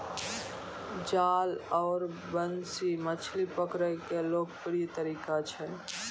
जाल आरो बंसी मछली पकड़ै के लोकप्रिय तरीका छै